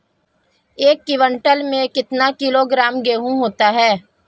एक क्विंटल में कितना किलोग्राम गेहूँ होता है?